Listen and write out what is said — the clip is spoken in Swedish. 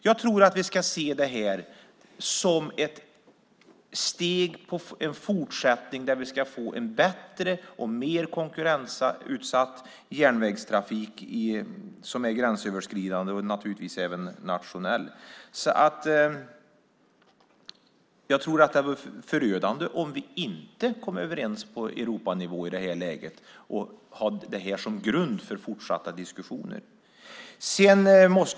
Jag tror att vi ska se detta som en fortsättning mot att vi ska få en bättre och mer konkurrensutsatt järnvägstrafik som är gränsöverskridande och även nationell naturligtvis. Jag tror att det vore förödande om vi inte kommer överens på Europanivå i det här läget och har det som grund för fortsatta diskussioner.